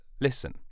listen